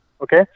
okay